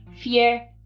Fear